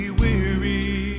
weary